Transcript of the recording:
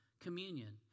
Communion